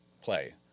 play